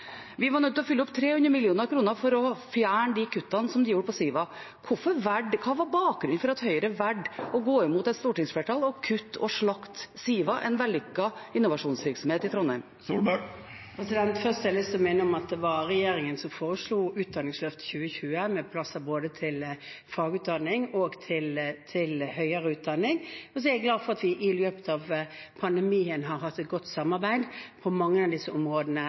Hva var bakgrunnen for at Høyre valgte å gå imot et stortingsflertall og kutte og slakte Siva, en vellykket innovasjonsvirksomhet i Trondheim? Først har jeg lyst til å minne om at det var regjeringen som foreslo Utdanningsløft 2020, med plasser både til fagutdanning og til høyere utdanning. Jeg er glad for at vi i løpet av pandemien har hatt et godt samarbeid med Stortinget på mange av disse områdene,